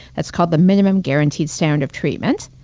that's called the minimum guaranteed standard of treatment.